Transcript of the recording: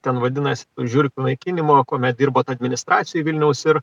ten vadinas žiurkių naikinimo kuomet dirbot administracijoj vilniaus ir